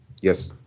Yes